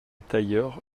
tailleur